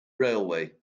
railway